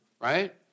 right